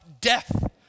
death